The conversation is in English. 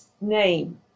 name